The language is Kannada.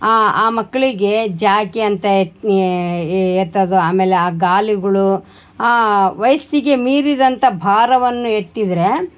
ಆ ಆ ಮಕ್ಕಳಿಗೆ ಜಾಕಿ ಅಂತ ಎತ್ತದೋ ಆಮೇಲೆ ಆ ಗಾಲಿಗಳು ವಯಸ್ಸಿಗೆ ಮೀರಿದಂಥ ಭಾರವನ್ನು ಎತ್ತಿದರೆ